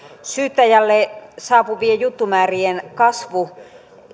syyttäjälle saapuvien juttumäärien kasvu